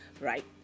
Right